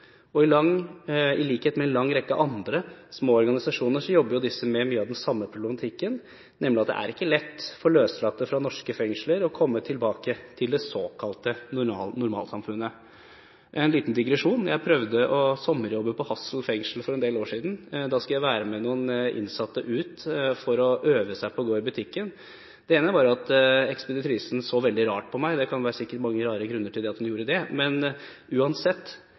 I likhet med en lang rekke andre små organisasjoner jobber disse med mye av den samme problematikken, nemlig at det ikke er lett for dem som er løslatt fra norske fengsler, å komme tilbake til det såkalte normalsamfunnet. En liten digresjon bare: Jeg hadde sommerjobb ved Hassel fengsel for en del år siden. Da skulle jeg være med noen innsatte som skulle øve seg på å gå i butikken. Ekspeditrisen så rart på meg. Det kan sikkert være mange grunner til at hun gjorde det, men uansett: